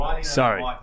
sorry